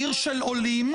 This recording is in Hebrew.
עיר של עולים.